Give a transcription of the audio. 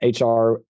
HR